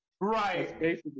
Right